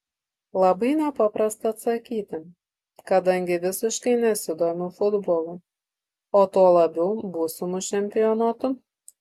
labai nepaprasta atsakyti kadangi visiškai nesidomiu futbolu o tuo labiau būsimu čempionatu